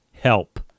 help